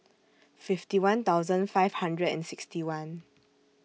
fifty one thousand five hundred and sixty one